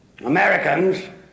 Americans